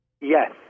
Yes